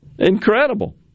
Incredible